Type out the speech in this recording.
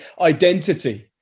identity